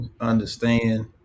understand